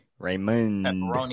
Raymond